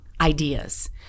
ideas